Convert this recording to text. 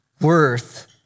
worth